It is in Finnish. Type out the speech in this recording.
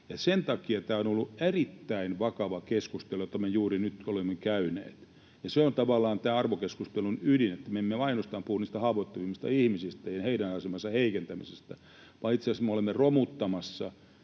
Sen takia tämä on ollut erittäin vakava keskustelu, jota me juuri nyt olemme käyneet. Ja se on tavallaan tämän arvokeskustelun ydin, että me emme ainoastaan puhu niistä haavoittuvimmista ihmisistä ja heidän asemansa heikentämisestä, vaan itse asiassa me olemme romuttamassa